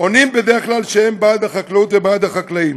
עונים בדרך כלל שהם בעד החקלאות ובעד החקלאים.